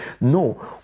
No